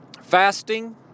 Fasting